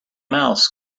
mouse